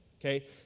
Okay